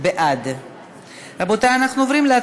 אין מתנגדים, אין נמנעים.